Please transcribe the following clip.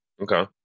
okay